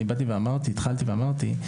אני התחלתי ואמרתי,